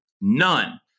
none